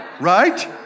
right